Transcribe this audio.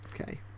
Okay